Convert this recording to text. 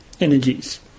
energies